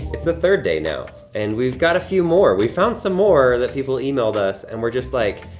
it's the third day now and we've got a few more. we found some more that people emailed us. and we're just like,